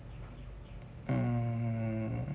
um